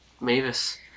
Mavis